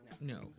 No